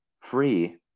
free